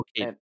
okay